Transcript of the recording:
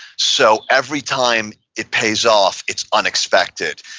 so, every time it pays off, it's unexpected,